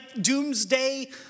doomsday